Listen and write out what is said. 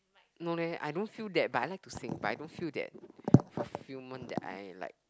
no leh I don't feel that but I like to sing but I don't feel that fulfilment that I like